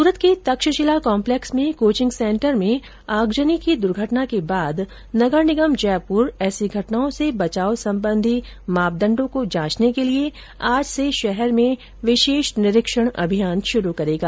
सूरत के तक्षशिला कॉम्पलेक्स में coaching centre में आगजनी की द्र्घटना के बाद नगर निगम जयपुर ऐसी घटनाओं से बचाव सम्बंधी मापदण्डों को जांचने के लिये आज से शहर में निरीक्षण अभियान शुरू करेगा